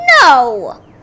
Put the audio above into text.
No